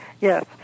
Yes